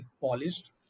polished